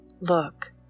Look